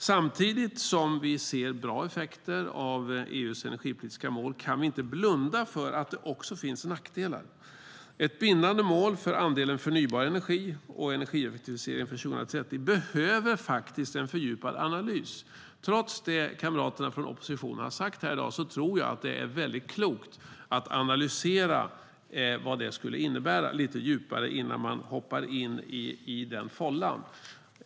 Samtidigt som vi ser bra effekter av EU:s energipolitiska mål kan vi inte blunda för att det också finns nackdelar. Ett bindande mål för andelen förnybar energi och energieffektivisering för 2030 behöver en fördjupad analys. Trots det kamraterna från oppositionen har sagt här i dag tror jag att det är väldigt klokt att analysera vad det skulle innebära lite djupare innan man hoppar in i den fållan.